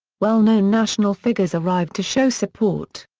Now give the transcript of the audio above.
well-known national figures arrived to show support.